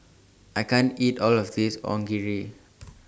I can't eat All of This Onigiri